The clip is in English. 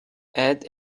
add